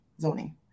zoning